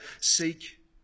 seek